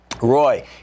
Roy